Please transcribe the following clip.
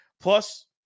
plus